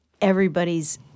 everybody's